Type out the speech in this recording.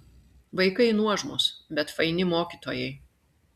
vaikai nuožmūs bet faini mokytojai